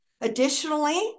Additionally